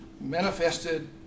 manifested